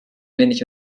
wenig